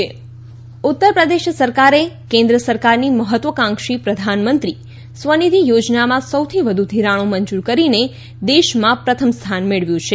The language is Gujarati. સ્વનિધિ ઉત્તરપ્રદેશ સરકારે કેન્દ્ર સરકારની મહત્વકાંક્ષી પ્રધાનમંત્રી સ્વનિધિ યોજનામાં સૌથી વધુ ધિરાણો મંજૂર કરીને દેશમાં પ્રથમ સ્થાન મેળવ્યું છે